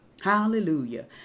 Hallelujah